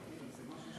בסדר,